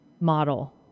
model